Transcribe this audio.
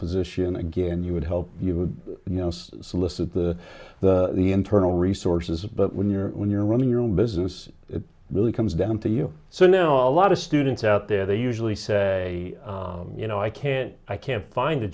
position again you would help you would you know solicit the the internal resources but when you're when you're running your own business it really comes down to you so now a lot of students out there they usually say you know i can't i can't find a